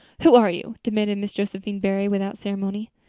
who are you? demanded miss josephine barry, without ceremony.